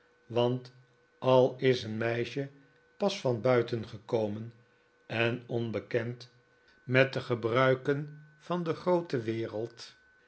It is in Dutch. want al is een meisje pas van buiten gekomen eh onbekend met de gebruiken van de groote wereld